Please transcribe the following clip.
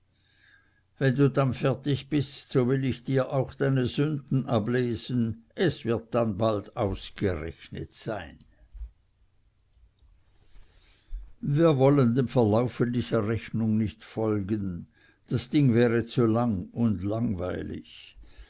wenn du dann fertig bist so will auch ich dir deine sünden ablesen es wird dann bald aus gerechnet sein wir wollen dem verlauf dieser rechnung nicht folgen das ding wäre zu lang und langweilig